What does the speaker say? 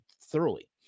thoroughly